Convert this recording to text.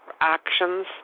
actions